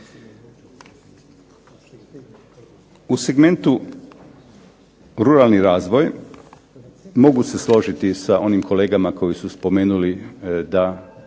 U segmentu ruralni razvoj mogu se složiti sa onim kolegama koji su spomenuli da